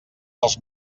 dels